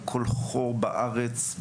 בכל חור בארץ,